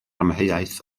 amheuaeth